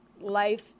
life